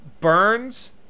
Burns